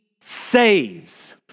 saves